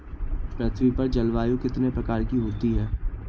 पृथ्वी पर जलवायु कितने प्रकार की होती है?